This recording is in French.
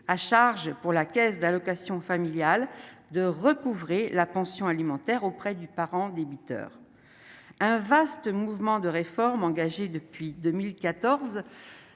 à charge pour la Caisse d'allocations familiales de recouvrer la pension alimentaire auprès du parent débiteur un vaste mouvement de réformes engagé depuis 2014